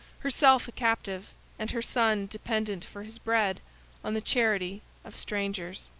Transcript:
herself a captive, and her son dependent for his bread on the charity of strangers.